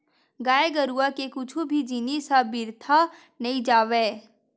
गाय गरुवा के कुछु भी जिनिस ह बिरथा नइ जावय